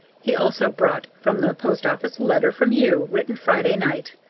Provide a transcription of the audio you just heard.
he also brought from the post office a letter from you, written friday night.